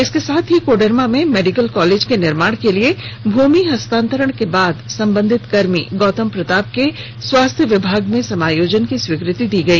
इसके साथ ही कोडरमा में मेडिकल कॉलेज के निर्माण के लिए भूमि हस्तांतरण के बाद संबंधित कर्मी गौतम प्रताप के स्वास्थ्य विभाग में समायोजन की स्वीकृति दी गई